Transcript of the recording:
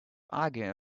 arguing